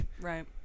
Right